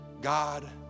God